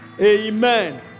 Amen